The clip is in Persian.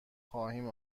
خواهیم